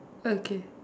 okay